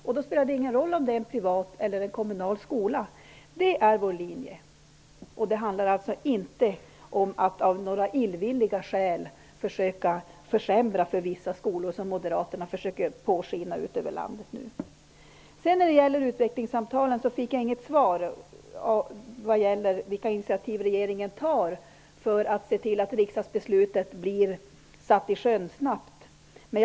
Det spelar då inte någon roll om det är en privat eller en kommunal skola. Det är vår linje. Det handlar alltså inte om att av några illvilliga skäl söka försämra för vissa skolor, vilket Moderaterna nu försöker göra gällande ut över landet. Jag fick inte något svar om vilka initiativ regeringen tar för att se till att riksdagsbeslutet om utvecklingssamtalen snart blir satt i sjön.